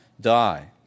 die